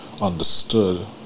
understood